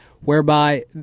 whereby